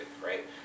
right